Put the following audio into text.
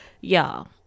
y'all